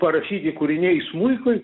parašyti kūriniai smuikui